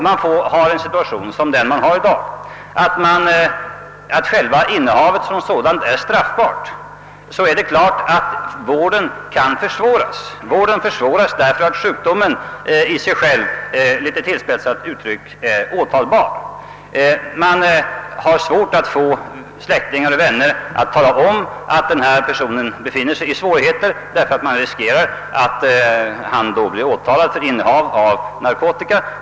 Men om situationen är sådan den är i dag, nämligen att själva innehavet är straffbart, är det klart, att vården kan förvåras. Vården försvåras, därför att sjukdomen i sig själv, litet tillspetsat uttryckt, är åtalbar. Man har svårt att få släktingar och vänner att tala om att en viss person befinner sig i svårigheter, därför att de riskerar, att den man vill hjälpa då kan bli åtalad för innehav av narkotika.